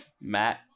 matt